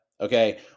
okay